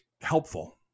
helpful